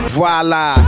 Voila